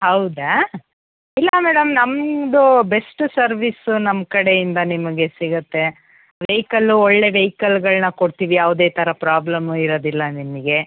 ಹೌದಾ ಇಲ್ಲ ಮೇಡಮ್ ನಮ್ಮದು ಬೆಸ್ಟ್ ಸರ್ವಿಸ್ ನಮ್ಮ ಕಡೆಯಿಂದ ನಿಮಗೆ ಸಿಗತ್ತೆ ವೆಹಿಕಲ್ ಒಳ್ಳೆಯ ವೆಹಿಕಲ್ಗಳನ್ನ ಕೊಡ್ತೀವಿ ಯಾವುದೇ ಥರ ಪ್ರಾಬ್ಲಮ್ ಇರೋದಿಲ್ಲ ನಿಮಗೆ